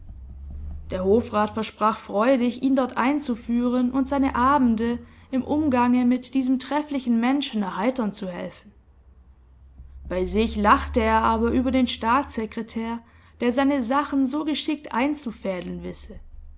der hofrat versprach freudig ihn dort einzuführen und seine abende im umgange mit diesem trefflichen menschen erheitern zu helfen bei sich lachte er aber über den staatssekretär der seine sachen so geschickt einzufädeln wisse